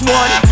one